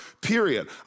period